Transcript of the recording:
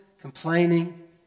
complaining